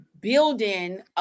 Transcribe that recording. building